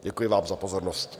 Děkuji vám za pozornost.